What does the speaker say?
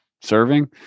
serving